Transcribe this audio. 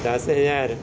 ਦਸ ਹਜ਼ਾਰ